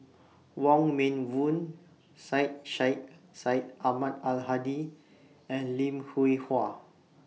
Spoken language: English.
Wong Meng Voon Syed Sheikh Syed Ahmad Al Hadi and Lim Hwee Hua